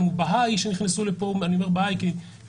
בין אם הוא בהאי אני אומר בהאי כי יש